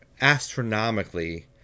astronomically